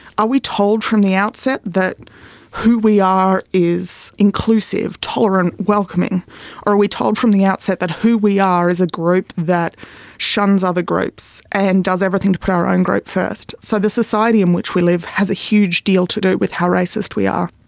are we told from the outset that who we are is inclusive, tolerant, welcoming? or are we told from the outset that who we are is a group that shuns other groups and does everything to put our own group first? so the society in which we live has a huge deal to do with how racist we are.